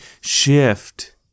shift